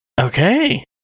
Okay